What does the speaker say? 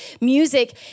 Music